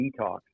detox